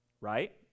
Right